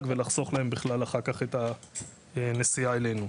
ולחסוך להם בכלל אחר כך את הנסיעה אלינו.